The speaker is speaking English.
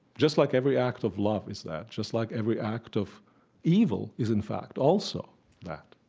just like every act of love is that, just like every act of evil is, in fact, also that